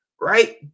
right